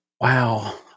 Wow